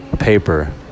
paper